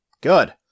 good